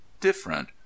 different